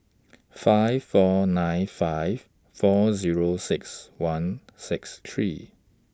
five four nine five four Zero six one six three